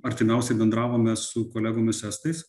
artimiausiai bendravome su kolegomis estais